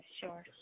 sure